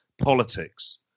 politics